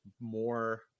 more